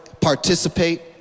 participate